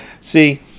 See